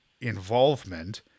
involvement